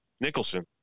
Nicholson